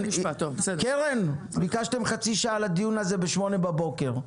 קרן, ביקשתם חצי שעה לדיון הזה ב-08:00 בבוקר.